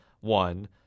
one